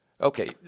Okay